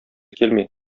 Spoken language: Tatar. килми